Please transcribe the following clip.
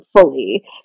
fully